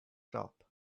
shop